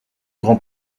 grand